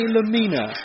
Lamina